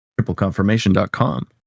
tripleconfirmation.com